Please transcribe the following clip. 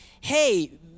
hey